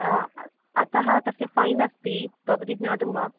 अतः तस्य फ़ैन् अस्ति भवती ज्ञातं वा